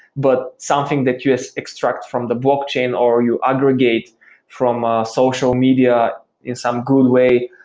but something that you just extract from the blockchain or you aggregate from ah social media in some good way,